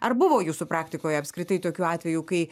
ar buvo jūsų praktikoje apskritai tokių atvejų kai